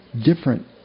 different